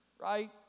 Right